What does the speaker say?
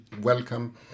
welcome